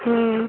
ம்